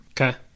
Okay